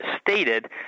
stated